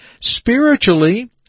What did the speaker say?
Spiritually